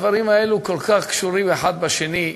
הדברים האלה כל כך קשורים אחד לשני,